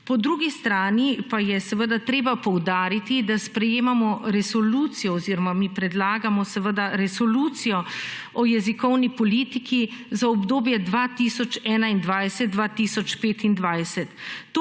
Po drugi strani pa je seveda treba poudariti, da sprejemamo resolucijo oziroma mi predlagamo seveda resolucijo o jezikovni politiki za obdobje 2021/2025.